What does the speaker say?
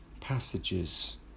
passages